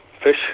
fish